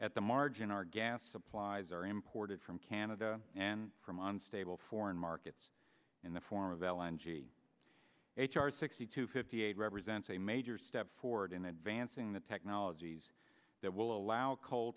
at the margin our gas supplies are imported from canada and from on stable foreign markets in the form of l i n g h r sixty two fifty eight represents a major step forward in advancing the technologies that will allow coal